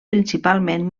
principalment